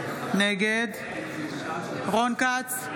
נגד רון כץ,